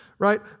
right